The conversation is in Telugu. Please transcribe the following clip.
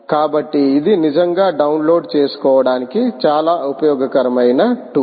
కాబట్టి ఇది నిజంగా డౌన్లోడ్ చేసుకోవడానికి చాలా ఉపయోగకరమైన టూల్